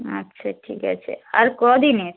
আচ্ছা ঠিক আছে আর ক দিনের